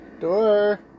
Door